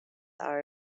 are